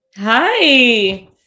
Hi